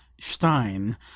Stein